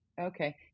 okay